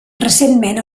recentment